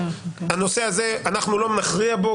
הנושא הזה, אנחנו לא נכריע בו.